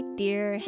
dear